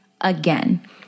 again